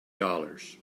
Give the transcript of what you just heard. dollars